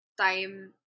time